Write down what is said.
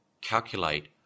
calculate